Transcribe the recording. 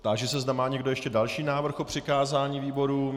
Táži se, zda má někdo ještě další návrh o přikázání výborům.